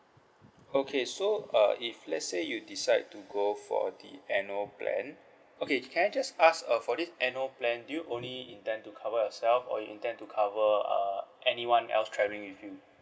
okay so uh if let's say you decide to go for the annual plan okay can I just ask uh for this annual plan do you only intend to cover yourself or you intend to cover uh anyone else travelling with you